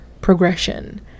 progression